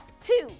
Two